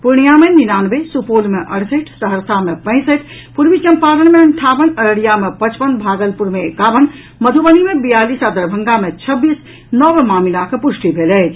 पूर्णियां मे निनानवे सुपौल मे अड़सठि सहरसा मे पैंसठि पूर्वी चम्पारण मे अंठावन अररिया मे पचपन भागलपुर में एकावन मधबनी मे बियालीस आ दरभंगा मे छब्बीस नव मामिलाक पुष्टि भेल अछि